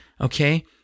okay